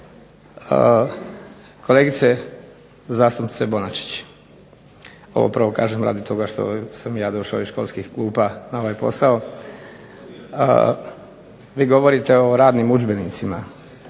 Kolegice zastupnice Bonačić, ovo prvo kažem radi toga što sam ja došao iz školskih klupa na ovaj posao, vi govorite o radnim udžbenicima,